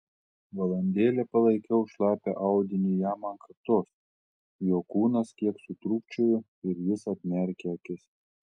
valandėlę palaikiau šlapią audinį jam ant kaktos jo kūnas kiek sutrūkčiojo ir jis atmerkė akis